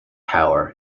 power